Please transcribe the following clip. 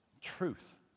truth